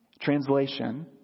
Translation